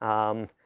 um,